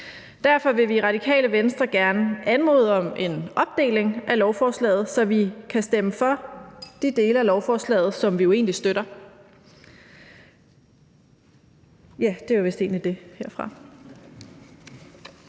Derfor vil vi i Radikale Venstre gerne anmode om en opdeling af lovforslaget, så vi kan stemme for de dele af lovforslaget, som vi jo egentlig støtter.